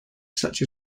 such